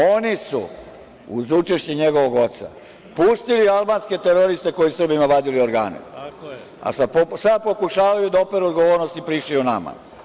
Oni su, uz učešće njegovog oca, pustili albanske teroriste koji su Srbima vadili organe, a sada pokušavaju da operu odgovornost i pričaju nama.